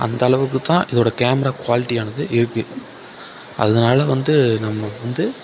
அந்த அளவுக்குத்தான் இதோட கேமரா குவாலிட்டி ஆனது இருக்கு அதனால வந்து நம்ம வந்து